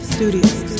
Studios